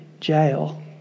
jail